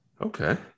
okay